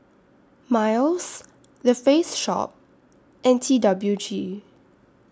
Miles The Face Shop and T W G